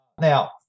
now